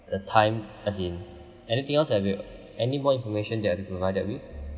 the time as in anything else have you any more information that I'll be provided with